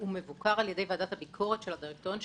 הוא מבוקר על ידי ועדת הביקורת של הדירקטוריון.